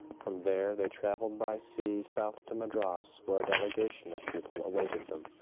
from there they traveled by sea south to madras where a delegation of people awaited them.